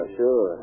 sure